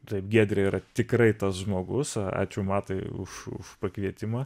taip giedrė yra tikrai tas žmogus ačiū matui už už pakvietimą